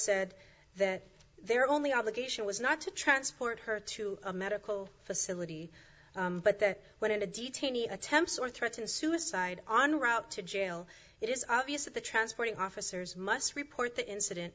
said that their only obligation was not to transport her to a medical facility but that when a detainee attempts or threaten suicide on route to jail it is obvious that the transporting officers must report the incident